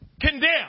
condemn